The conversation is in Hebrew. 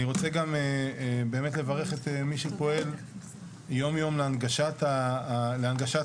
אני רוצה גם לברך את מי שפועל יום-יום להנגשת הר הבית